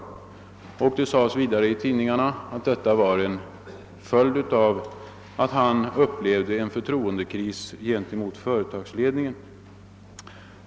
Det sades i tidningarna att detta var en följd av att han upplevde en förtroendekris gentemot företagsledningen.